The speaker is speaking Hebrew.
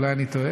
אולי אני טועה,